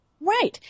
Right